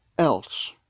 else